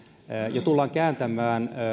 ja tullaan kääntämään